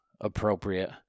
appropriate